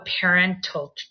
parental